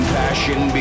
passion